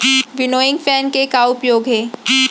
Winnowing fan के का उपयोग हे?